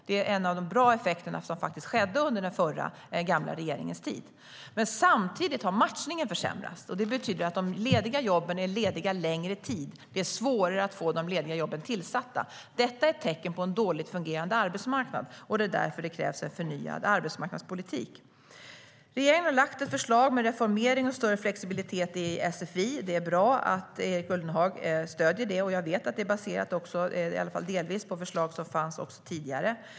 Det är en av de bra effekterna från den tidigare regeringens tid. Men samtidigt har matchningen försämrats, och det betyder att de lediga jobben är lediga under längre tid. Det är svårare att få de lediga jobben tillsatta. Detta är ett tecken på en dåligt fungerande arbetsmarknad, och det är därför det krävs en förnyad arbetsmarknadspolitik. Regeringen har lagt fram ett förslag om en reformering av och större flexibilitet i sfi. Det är bra att Erik Ullenhag stöder det, och jag vet att det är i alla fall delvis baserat på förslag som fanns även tidigare.